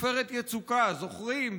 עופרת יצוקה, זוכרים?